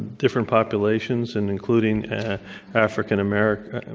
different populations and including african american, and